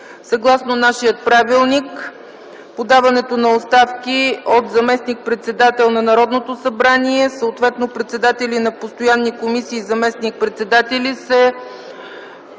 Съгласно нашия Правилник подаването на оставки от заместник-председател на Народното събрание, съответно председатели и заместник-председатели